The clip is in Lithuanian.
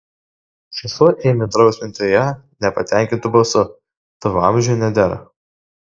sesuo ėmė drausminti ją nepatenkintu balsu tavo amžiuje nedera